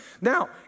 Now